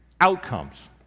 outcomes